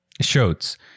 shows